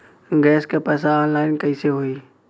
Gas क पैसा online कइसे होई?